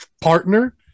partner